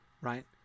right